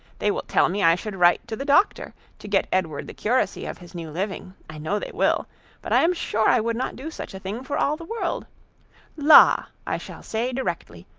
they will tell me i should write to the doctor, to get edward the curacy of his new living. i know they will but i am sure i would not do such a thing for all the world la! i shall say directly,